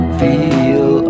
feel